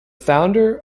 founder